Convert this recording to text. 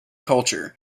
culture